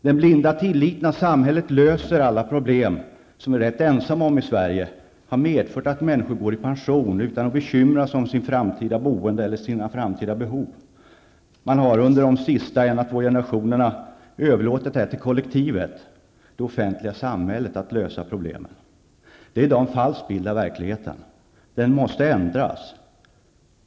Den blinda tilliten till att samhället löser alla problem, som vi i Sverige är rätt ensamma om, har medfört att människor går i pension utan att bekymra sig över sitt framtida boende eller sina framtida behov. De senaste en á två generationerna har överlåtit till kollektivet, det offentliga samhället, att lösa problemen. Detta är i dag en falsk bild av verkligheten. Den måste ändras.